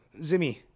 Zimmy